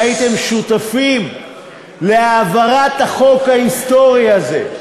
שהייתם שותפים להעברת החוק ההיסטורי הזה,